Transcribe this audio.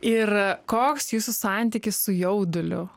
ir koks jūsų santykis su jauduliu